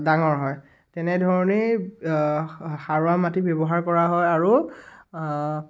ডাঙৰ হয় তেনেধৰণেই সা সাৰুৱা মাটি ব্যৱহাৰ কৰা হয় আৰু